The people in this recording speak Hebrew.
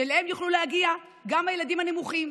שאליהם יוכלו להגיע גם הילדים הנמוכים,